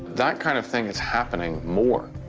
that kind of thing is happening more,